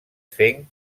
fenc